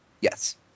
Yes